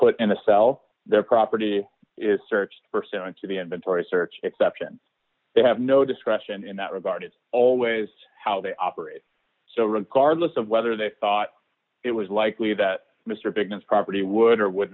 put in the sell their property is searched for so into the inventory search exception they have no discretion in that regard it's always how they operate so regardless of whether they thought it was likely that mr bigness property would or would